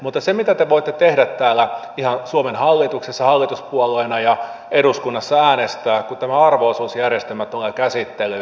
mutta se mitä te voitte tehdä täällä ihan suomen hallituksessa hallituspuolueena ja eduskunnassa äänestää kun tämä arvo osuusjärjestelmä tulee käsittelyyn